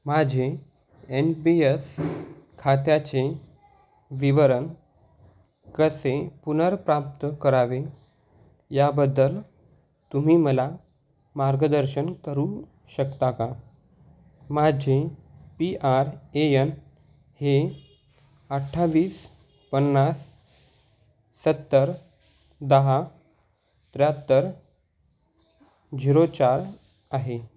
माझे N P S खात्याचे विवरण कसे पुनर्प्राप्त करावे याबद्दल तुम्ही मला मार्गदर्शन करू शकता का माझे पी आर ए यन हे अठ्ठावीस पन्नास सत्तर दहा त्र्याहत्तर झिरो चार आहे